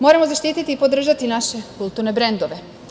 Moramo zaštititi i podržati naše kulturne brendove.